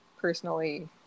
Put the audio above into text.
personally